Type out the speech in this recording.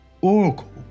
Oracle